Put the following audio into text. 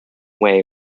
way